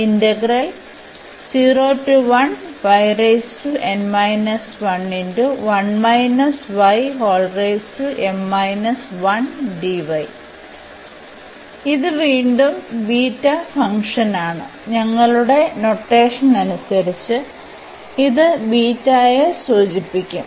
അതിനാൽ ഇത് വീണ്ടും ബീറ്റ ഫംഗ്ഷനാണ് ഞങ്ങളുടെ നൊട്ടേഷൻ അനുസരിച്ച് ഇത് ബീറ്റയെ സൂചിപ്പിക്കും